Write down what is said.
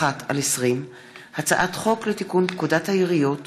פ/5131/20 וכלה בהצעת חוק פ/5158/20: הצעת חוק לתיקון פקודת העיריות